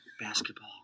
basketball